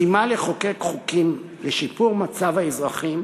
המשימה לחוקק חוקים לשיפור מצב האזרחים